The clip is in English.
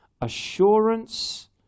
assurance